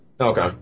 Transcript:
Okay